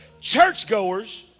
churchgoers